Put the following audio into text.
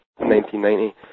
1990